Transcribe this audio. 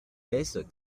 laissent